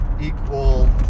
equal